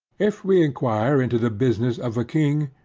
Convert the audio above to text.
if we inquire into the business of a king,